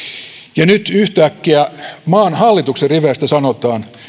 ja nyt yhtäkkiä maan hallituksen riveistä sanotaan